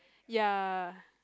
ya